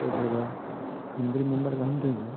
सोरबा सोरबा मोनब्रै मोनबा गाहाम दोनगोन